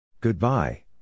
Goodbye